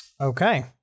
Okay